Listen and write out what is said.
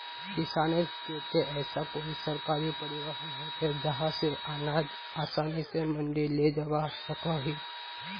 किसानेर केते ऐसा कोई सरकारी परिवहन होचे जहा से अनाज आसानी से मंडी लेजवा सकोहो ही?